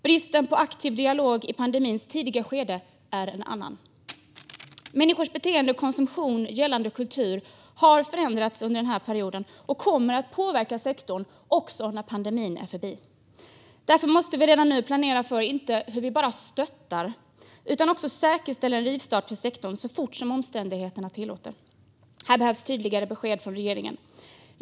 Bristen på aktiv dialog i pandemins tidiga skede är ett annat. Människors beteende och konsumtion gällande kultur har förändrats under den här perioden och kommer att påverka sektorn också när pandemin är förbi. Därför måste vi redan nu planera för hur vi inte bara stöttar utan också säkerställer en rivstart för sektorn så fort som omständigheterna tillåter. Här behövs tydligare besked från regeringen.